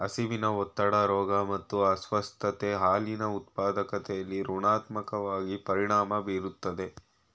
ಹಸಿವಿನ ಒತ್ತಡ ರೋಗ ಮತ್ತು ಅಸ್ವಸ್ಥತೆಯು ಹಾಲಿನ ಉತ್ಪಾದಕತೆಲಿ ಋಣಾತ್ಮಕವಾಗಿ ಪರಿಣಾಮ ಬೀರ್ತದೆ